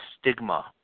stigma